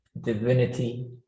divinity